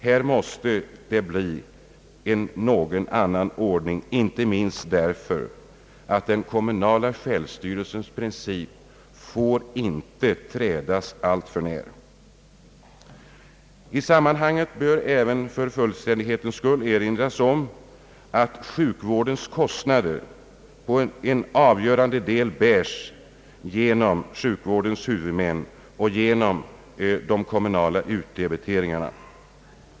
Här måste det bli en annan ordning inte minst därför att den kommunala självstyrelsens princip inte får trädas allt för när. I detta sammanhang bör även för fullständighetens skull erinras om att sjukvårdens kostnader till avgörande del bärs av sjukvårdens huvudmän och bestrids genom de kommunala utdebiteringarna.